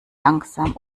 langsam